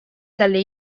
dalle